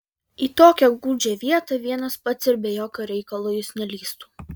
į tokią gūdžią vietą vienas pats ir be jokio reikalo jis nelįstų